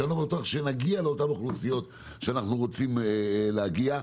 ואני לא לבטוח שנגיע לאותן אוכלוסיות שאנחנו רוצים להגיע אליהן.